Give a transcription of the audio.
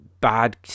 bad